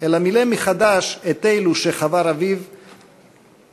אלא מילא מחדש את אלו שחפר אביו ונסתמו.